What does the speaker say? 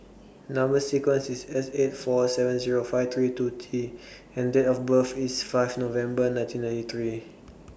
Number sequence IS S eight four seven Zero five three two T and Date of birth IS five November nineteen ninety three